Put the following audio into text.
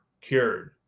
cured